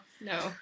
no